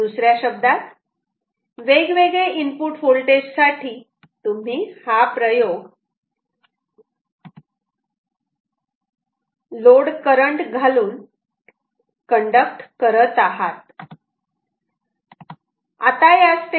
दुसऱ्या शब्दात वेगवेगळे इनपुट होल्टेज साठी तुम्ही हा प्रयोग लोड करंट घालून कंडक्ट करत आहात